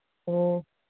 ꯑꯣ